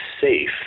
safe